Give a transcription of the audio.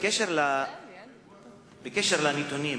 בקשר לנתונים,